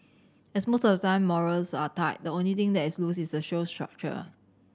as most of the time morals are tight the only thing that is loose is the show's structure